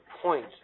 point